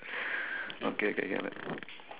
okay okay can can